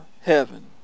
heaven